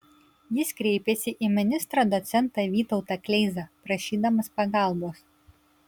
jis kreipėsi į ministrą docentą vytautą kleizą prašydamas pagalbos